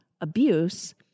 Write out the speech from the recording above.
abuse